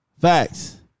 Facts